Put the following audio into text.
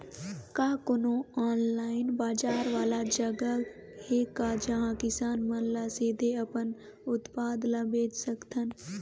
का कोनो ऑनलाइन बाजार वाला जगह हे का जहां किसान मन ल सीधे अपन उत्पाद ल बेच सकथन?